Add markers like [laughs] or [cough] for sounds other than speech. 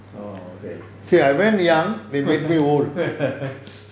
orh okay [laughs]